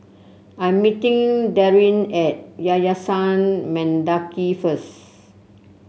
I'm meeting Darin at Yayasan Mendaki first